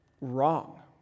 wrong